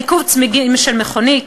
ניקוב צמיגים של מכונית.